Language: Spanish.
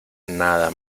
nada